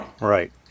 Right